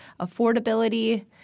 affordability